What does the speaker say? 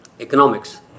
economics